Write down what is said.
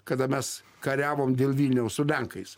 kada mes kariavom dėl vilniaus su lenkais